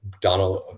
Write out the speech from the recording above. Donald